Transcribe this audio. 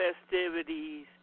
Festivities